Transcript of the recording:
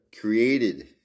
created